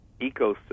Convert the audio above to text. ecosystem